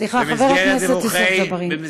סליחה, חבר הכנסת יוסף ג'בארין.